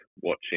watching